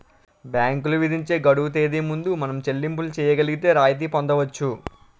బ్యాంకులు విధించే గడువు తేదీ ముందు మనం చెల్లింపులు చేయగలిగితే రాయితీ పొందవచ్చు